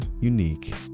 unique